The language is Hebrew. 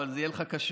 אבל זה יהיה לך קשה.